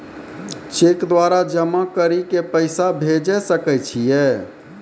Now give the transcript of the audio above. Cheque द्वारा जमा करि के पैसा भेजै सकय छियै?